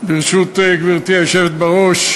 ברשות גברתי היושבת בראש,